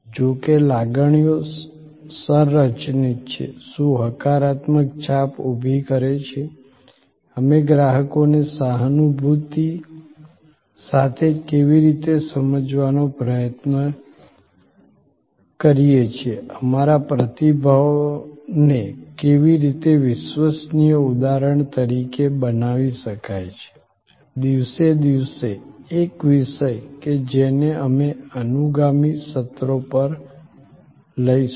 જો કે લાગણીઓ સંરચિત છે શું હકારાત્મક છાપ ઉભી કરે છે અમે ગ્રાહકને સહાનુભૂતિ સાથે કેવી રીતે સમજવાનો પ્રયત્ન કરીએ છીએ અમારા પ્રતિભાવને કેવી રીતે વિશ્વસનીય ઉદાહરણ તરીકે બનાવી શકાય છે દિવસે દિવસે એક વિષય કે જેને અમે અનુગામી સત્રો પર લઈશું